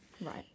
Right